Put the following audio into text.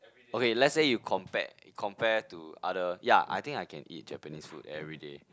okay let's say you compare you compare to other ya I think I can eat Japanese food everyday